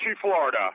Florida